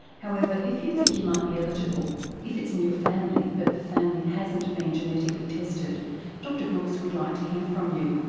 however if you think you might be eligible if it's in your family but the family hasn't been genetically tested dr brooks would like to hear from you.